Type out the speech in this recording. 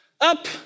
up